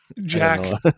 Jack